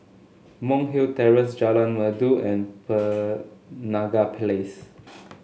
Monk's Hill Terrace Jalan Merdu and Penaga Place